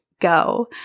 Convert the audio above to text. go